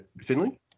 Finley